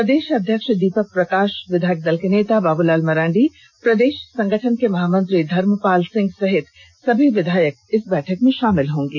प्रदेष अध्यक्ष दीपक प्रकाष विधायक दल के नेता बाबूलाल मरांडी प्रदेष संगठन के महामंत्री धर्मपाल सिंह सहित सभी विधायक इस बैठक में शामिल होंगे